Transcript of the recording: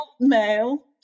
male